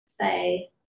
say